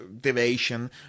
deviation